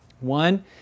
One